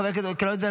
חבר הכנסת קרויזר,